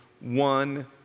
One